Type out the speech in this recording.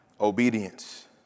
Obedience